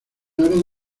oro